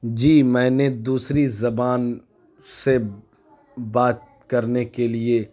جی میں نے دوسری زبان سے بات کرنے کے لیے